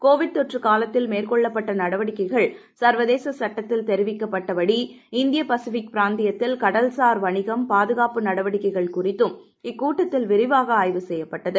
Covid தொற்று காலத்தில் மேற்கொள்ளப்பட்ட நடவடிக்கைகள் சர்வதேச சட்டத்தில் தெரிவிக்கப்பட்ட படி இந்திய பசிபிக் பிராந்தியத்தில் கடல் சார் வணிகம் பாதுகாப்பு நடவடிக்கைள் குறித்தும் இக் கூட்டத்தில் விரிவாக ஆய்வு செய்யப்பட்டது